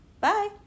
Bye